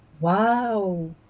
wow